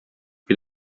wie